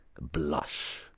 blush